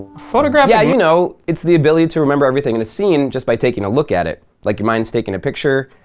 photographic me yeah, you know. it's the ability to remember everything in a scene just by taking a look at it, like your mind's taking a picture.